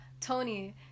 Tony